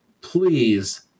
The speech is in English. please